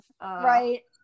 Right